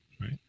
Right